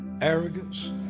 arrogance